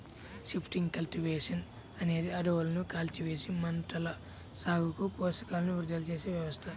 shifting cultivation అనేది అడవులను కాల్చివేసి, పంటల సాగుకు పోషకాలను విడుదల చేసే వ్యవస్థ